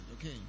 Okay